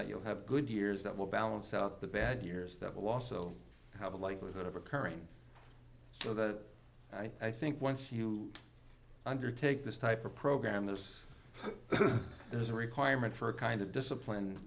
that you'll have good years that will balance out the bad years that will also have a likelihood of occurring so that i think once you undertake this type of program this is a requirement for a kind of discipline